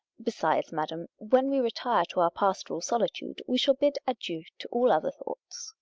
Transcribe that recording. besides, madam, when we retire to our pastoral solitude, we shall bid adieu to all other thoughts.